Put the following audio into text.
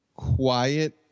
quiet